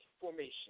formation